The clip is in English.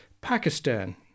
Pakistan